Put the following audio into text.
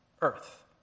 earth